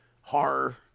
horror